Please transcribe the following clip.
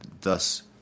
thus